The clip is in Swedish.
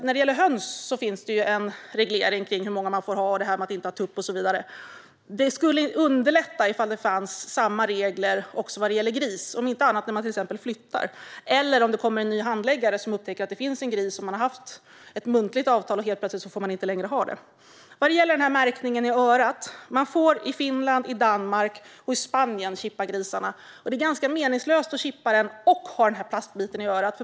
När det gäller höns finns en reglering av hur många man får ha, att man inte får ha tupp och så vidare. Det skulle underlätta om samma regler fanns för gris, om inte annat när man till exempel flyttar eller om det kommer en ny handläggare som upptäcker att det finns en gris. Man kan ha haft ett muntligt avtal, och helt plötsligt får man inte längre ha gris. Vad gäller märkningen i örat får man i Finland, Danmark och Spanien chippa grisarna. Det är meningslöst att chippa en gris och ha en plastbit i örat.